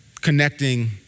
connecting